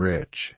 Rich